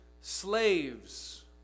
slaves